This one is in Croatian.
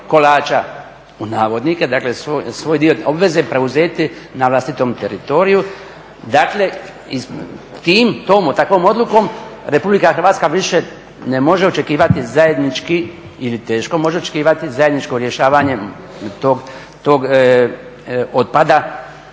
"kolača", svoj dio obveze preuzeti na vlastitom teritoriju. Dakle, takvom odlukom Republika Hrvatska više ne može očekivati zajednički ili teško može očekivati zajedničko rješavanje tog otpada